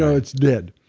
ah it's dead,